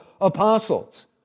apostles